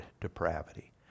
depravity